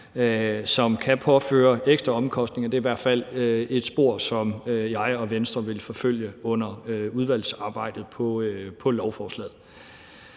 som kan påføre ekstra omkostninger, er i hvert fald et spor, som jeg og Venstre vil forfølge under udvalgsarbejdet i forbindelse